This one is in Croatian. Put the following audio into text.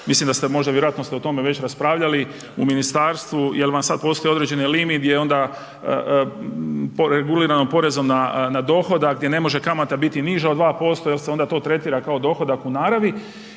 Mislim da ste možda, vjerojatno ste o tome već raspravljali u ministarstvu jer vam sada postoji određeni limit gdje onda regulirano porezom na dohodak, gdje ne može kamata biti niža od 2% jer se onda to tretira kao dohodak u naravi,